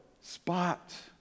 spot